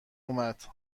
اومد